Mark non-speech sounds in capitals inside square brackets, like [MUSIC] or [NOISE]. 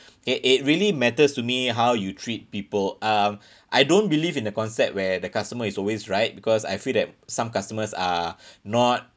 [BREATH] it it really matters to me how you treat people um [BREATH] I don't believe in the concept where the customer is always right because I feel that some customers are [BREATH] not